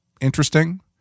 interesting